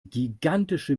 gigantische